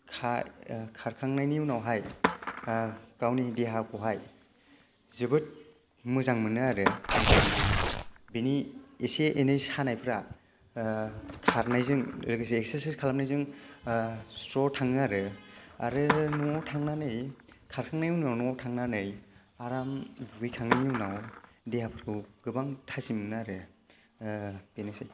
खा खारखांनायनि उनावहाय गावनि देहाखौहाय जोबोद मोजां मोनो आरो बेनि एसे एनै सानायफ्रा खारनायजों लोगोसे एक्सारसायस खालामनायजों स्र थाङो आरो आरो नआव थांनानै खारखांनायनि उनाव नआव थांनानै आराम दुगैखांनायनि उनाव देहाफोरखौ गोबां थाजिम मोनो आरो बेनोसै